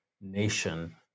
nation